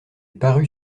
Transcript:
parut